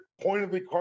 pointedly